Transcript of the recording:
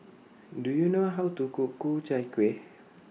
Do YOU know How to Cook Ku Chai Kueh